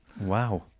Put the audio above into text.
Wow